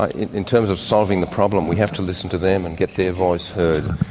ah in terms of solving the problem we have to listen to them and get their voice heard.